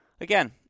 Again